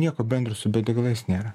nieko bendro su bio degalais nėra